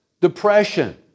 depression